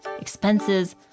expenses